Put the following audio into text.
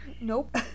Nope